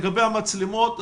לגבי המצלמות,